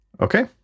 Okay